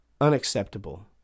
unacceptable